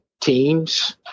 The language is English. teams